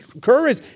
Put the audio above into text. courage